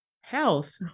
health